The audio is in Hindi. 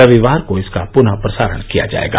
रविवार को इसका पुनः प्रसारण किया जाएगा